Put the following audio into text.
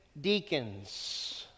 deacons